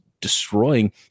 destroying